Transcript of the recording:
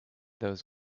those